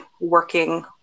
working